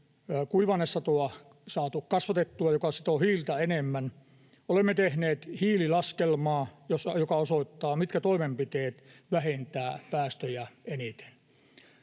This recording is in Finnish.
kuiva-ainesatoa, joka sitoo hiiltä enemmän. Olemme tehneet hiililaskelmaa, joka osoittaa, mitkä toimenpiteet vähentävät päästöjä eniten.